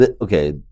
okay